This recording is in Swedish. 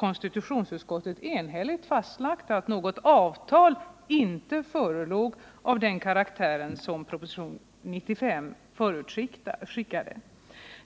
Konstitutionsutskottet har ju också enhälligt fastlagt att det inte förelåg något avtal av den karaktär som propositionen 95 förutskickade.